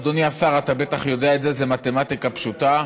אדוני השר, אתה בטח יודע את זה, זה מתמטיקה פשוטה,